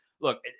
look